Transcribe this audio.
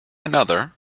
another